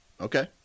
Okay